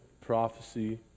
prophecy